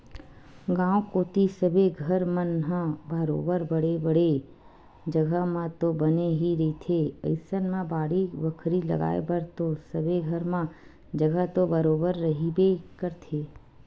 गाँव कोती सबे घर मन ह बरोबर बड़े बड़े जघा म तो बने ही रहिथे अइसन म बाड़ी बखरी लगाय बर तो सबे घर म जघा तो बरोबर रहिबे करथे